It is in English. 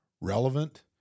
relevant